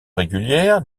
régulière